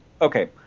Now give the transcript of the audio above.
Okay